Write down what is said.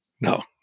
No